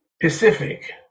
Pacific